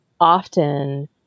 often